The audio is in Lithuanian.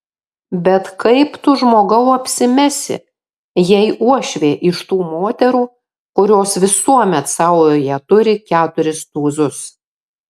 bet kaip tu žmogau apsimesi jei uošvė iš tų moterų kurios visuomet saujoje turi keturis tūzus